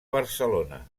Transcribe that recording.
barcelona